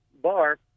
bar